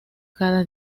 cada